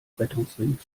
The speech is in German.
rettungsring